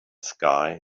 sky